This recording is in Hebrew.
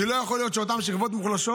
כי לא יכול להיות שאותן שכבות מוחלשות,